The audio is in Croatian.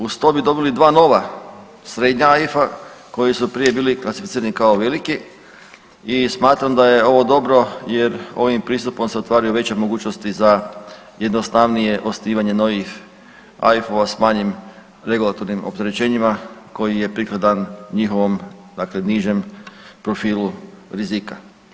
Uz to bi dobili 2 nova srednja AIF-a koji su prije bili klasificirani kao veliki i smatram da je ovo dobro jer ovim pristupom se otvaraju veće mogućnosti za jednostavnije osnivanje novih AIF-ova s manjim regulatornim opterećenjima koji je prikladan njihovom dakle nižem profilu rizika.